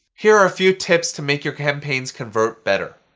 here are a few tips to make your campaigns convert better.